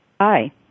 Hi